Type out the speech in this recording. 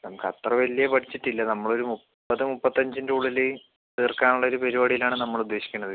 നമുക്കത്ര വലിയ ബഡ്ജറ്റില്ല നമ്മളൊരു മുപ്പത്തുമുപ്പത്തഞ്ചിൻറുള്ളില് തീർക്കാനുള്ളൊരു പരിപാടിയിലാണ് നമ്മളുദ്ദേശിക്കുന്നത്